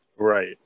right